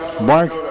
Mark